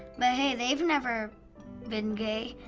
but, hey, they've never been gay,